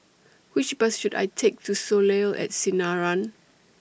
Which Bus should I Take to Soleil At Sinaran